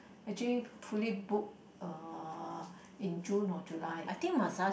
actually fully booked uh in June or July